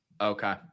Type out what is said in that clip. okay